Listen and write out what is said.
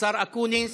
השר אקוניס.